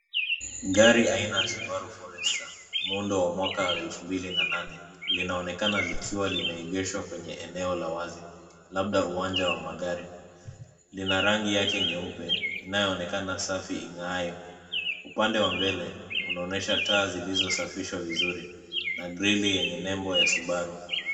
Gari aina ya Subaru Forester, muundo wa mwaka wa 2009 linaonekana likiwa limeegeshwa kwenye eneo la wazi. Lina rangi yake nyeupe inayoonekana safi ing'aayo. Upande wa mbele unaonyesha taa zilizosafishwa vizuri na grili yenye nembo ya Subaru.